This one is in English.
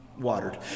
watered